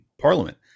parliament